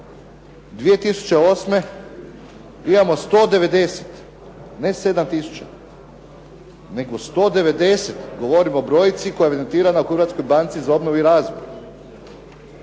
2008. imamo 190, ne 7 tisuća nego 190, govorim o brojci koja je evidentirana u Hrvatskoj banci za obnovu i razvoj.